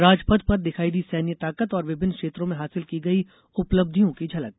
राजपथ पर दिखायी दी सैन्य ताकत और विभिन्न क्षेत्रों में हासिल की गयी उपलब्धियों की झलक